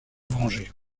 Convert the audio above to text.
venger